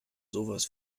sowas